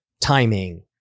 timing